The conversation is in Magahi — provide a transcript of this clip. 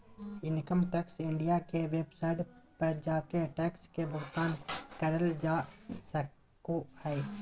इनकम टैक्स इंडिया के वेबसाइट पर जाके टैक्स के भुगतान करल जा सको हय